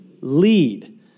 Lead